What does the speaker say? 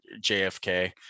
jfk